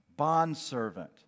bondservant